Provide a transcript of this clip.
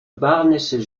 barnes